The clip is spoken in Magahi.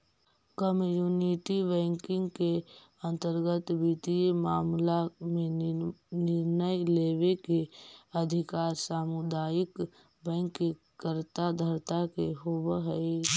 कम्युनिटी बैंकिंग के अंतर्गत वित्तीय मामला में निर्णय लेवे के अधिकार सामुदायिक बैंक के कर्ता धर्ता के होवऽ हइ